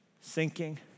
sinking